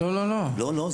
לא, לא.